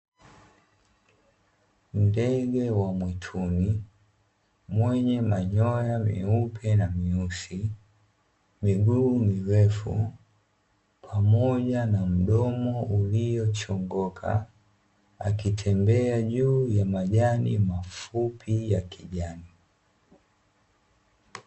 Ndege wa mwituni mwenye manyoya meupe na meusi, miguu mirefu pamoja na mdomo uliochongoka akitembea juu ya majani mafupi ya kijani.